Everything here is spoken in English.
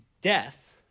death